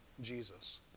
Jesus